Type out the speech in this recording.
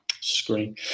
screen